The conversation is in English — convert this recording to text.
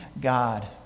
God